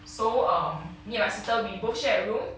so um me and my sister we both share a room